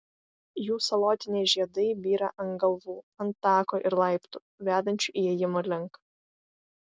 jų salotiniai žiedai byra ant galvų ant tako ir laiptų vedančių įėjimo link